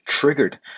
triggered